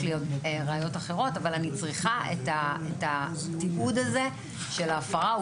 יש לי ראיות אחרות אבל אני צריכה את התיעוד הזה של ההפרה.